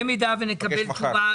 במידה ונקבל תשובה,